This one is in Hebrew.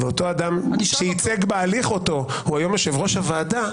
ואותו אדם שייצג אותו בהליך הוא יושב-ראש הוועדה,